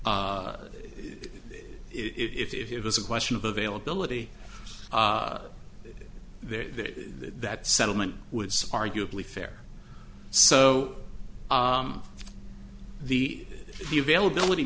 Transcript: if it was a question of availability that that settlement was arguably fair so the the availability